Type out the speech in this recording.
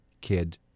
kid